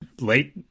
late